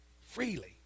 Freely